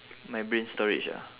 my brain storage ah